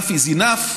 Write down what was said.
enough is enough.